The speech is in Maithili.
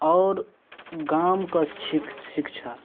आओर गामके शी शिक्षा